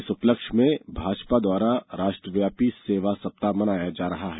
इस उपलक्ष्य में भाजपा द्वारा राष्ट्रव्यापी सेवा सप्ताह मनाया जा रहा है